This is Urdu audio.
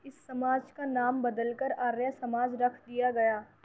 اس سماج کا نام بدل کر آریہ سماج رکھ دیا گیا